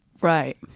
Right